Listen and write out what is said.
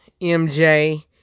MJ